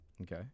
Okay